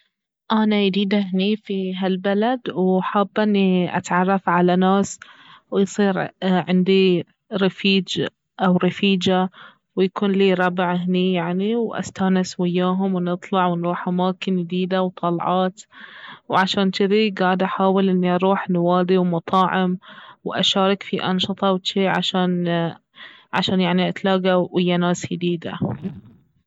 انا يديدة هني في هالبلد وحابة اني اتعرف على ناس ويصير عندي رفيج او رفيجة ويكون لي ربع هني يعني واستانس وياهم ونطلع ونروح أماكن يديدة وطلعات وعشان جذي قاعدة أحاول اني اروح نوادي ومطاعم واشارك في أنشطة وجذي عشان عشان يعني اتلاقى ويا ناس يديدة